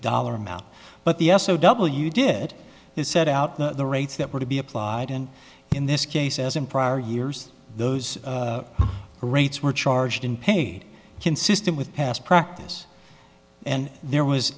dollar amount but the s o w did he set out the rates that were to be applied and in this case as in prior years those rates were charged and paid consistent with past practice and there was